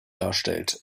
darstellt